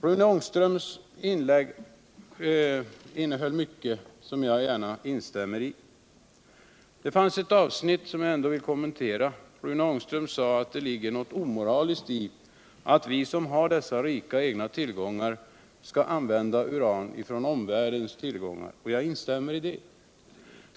Rune Ångströms inlägg innehöll mycket som jag gärna instämmer i. Men det fanns avsnitt som jag ändå vill kommentera. Rune Ångström sade att det ligger något omoraliskt i att vi som har dessa rika egna tillgångar skall använda uran från omvärlden — och jag instämmer i det.